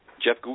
Jeff